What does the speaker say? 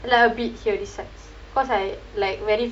like a bit here this side because I like very